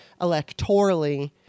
electorally